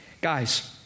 Guys